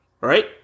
right